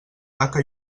haca